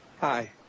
Hi